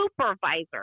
supervisor